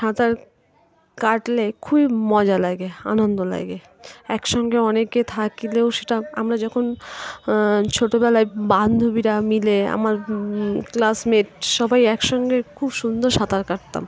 সাঁতার কাটলে খুবই মজা লাগে আনন্দ লাগে একসঙ্গে অনেকে থাকলেও সেটা আমরা যখন ছোটোবেলায় বান্ধবীরা মিলে আমার ক্লাসমেট সবাই একসঙ্গে খুব সুন্দর সাঁতার কাটতাম